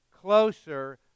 closer